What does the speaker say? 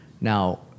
Now